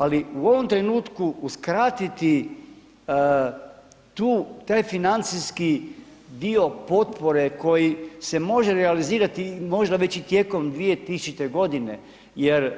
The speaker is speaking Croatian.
Ali u ovom trenutku uskratiti taj financijski dio potpore koji se može realizirati i možda već i tijekom 2000. g. jer